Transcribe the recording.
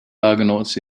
argonauts